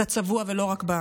אתה צבוע ולא רק,